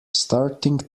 starting